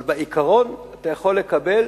אבל בעיקרון אתה יכול לקבל